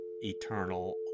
eternal